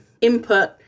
input